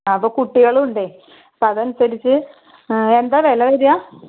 അപ്പോൾ കുട്ടികളും ഉണ്ടെ അപ്പം അതനുസരിച്ച് എന്താ വില വരിക